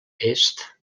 est